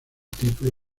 título